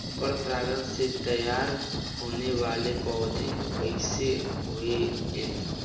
पर परागण से तेयार होने वले पौधे कइसे होएल?